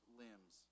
limbs